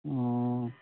ꯑꯣ